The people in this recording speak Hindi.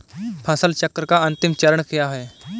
फसल चक्र का अंतिम चरण क्या है?